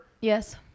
yes